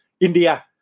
India